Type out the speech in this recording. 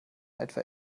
etwa